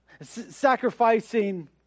Sacrificing